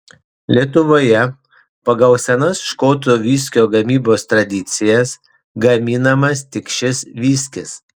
lietuvoje pagal senas škotų viskio gamybos tradicijas gaminamas tik šis viskis